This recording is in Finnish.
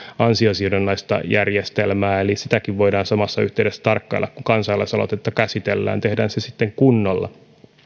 ansiosidonnaista järjestelmää eli sitäkin voidaan samassa yhteydessä tarkkailla kun kansalaisaloitetta käsitellään tehdään se sitten kunnolla